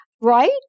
Right